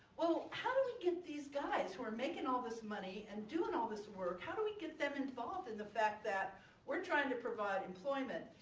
well how do we get these guys who are making all this money and doing all this work how do we get them involved in the fact that we're trying to provide employment,